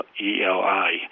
Eli